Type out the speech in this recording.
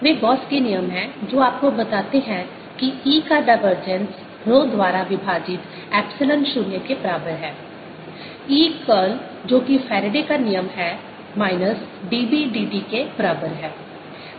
वे Gauss के नियम Gausss law हैं जो आपको बताते हैं कि E का डाइवर्जेंस रो द्वारा विभाजित एप्सिलॉन 0 के बराबर है E कर्ल जो कि फैराडे का नियम Faraday's law है माइनस d B dt के बराबर है